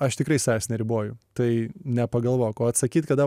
aš tikrai savęs neriboju tai nepagalvok o atsakyt kada